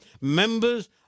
members